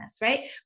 right